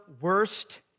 worst